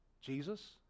Jesus